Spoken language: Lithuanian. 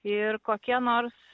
ir kokie nors